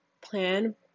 plan